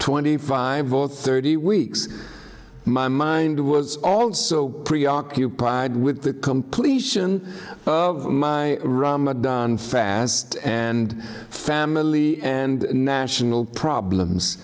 twenty five or thirty weeks my mind was also preoccupied with the completion of my ramadan fast and family and national problems